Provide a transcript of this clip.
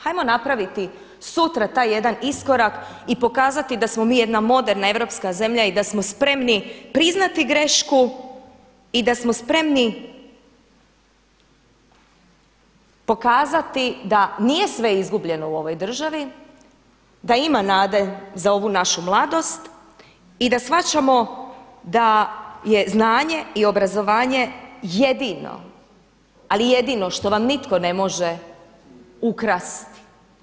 Hajmo napraviti sutra taj jedan iskorak i pokazati da smo mi jedna moderna europska zemlja i da smo spremni priznati grešku i da smo spremni pokazati da nije sve izgubljeno u ovoj državi, da ima nade za ovu našu mladost i da shvaćamo da je znanje i obrazovanje jedino, ali jedino što vam nitko ne može ukrasti.